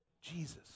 Jesus